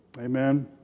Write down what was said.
Amen